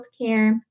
healthcare